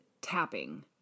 tapping